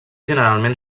generalment